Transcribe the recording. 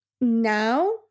now